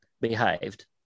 behaved